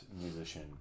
musician